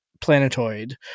planetoid